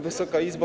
Wysoka Izbo!